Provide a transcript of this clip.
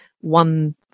one